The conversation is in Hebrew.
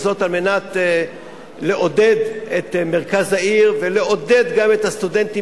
וזאת על מנת לעודד את מרכז העיר ולעודד גם את הסטודנטים,